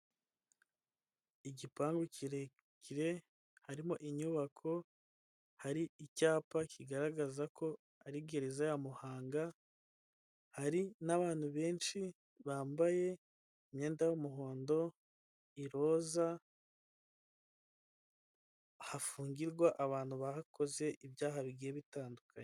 Igipangu kirekire harimo inyubako hari icyapa kigaragaza ko ari gereza ya Muhanga hari n'abantu benshi bambaye imyenda y'umuhondo, iroza hafungirwa abantu bakoze ibyaha bigiye bitandukanye.